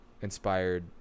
inspired